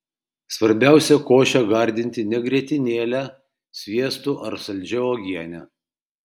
svarbiausia košę gardinti ne grietinėle sviestu ar saldžia uogiene